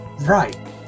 Right